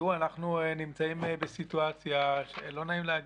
אנחנו נמצאים בסיטואציה, שלא נעים להגיד,